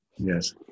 Yes